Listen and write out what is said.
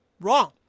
wrong